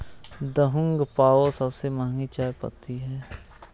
Da Hong Pao सबसे महंगी चाय पत्ती है